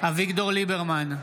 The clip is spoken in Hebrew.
אביגדור ליברמן,